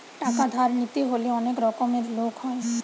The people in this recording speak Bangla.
টাকা ধার নিতে হলে অনেক রকমের লোক হয়